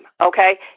okay